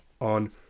on